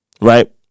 right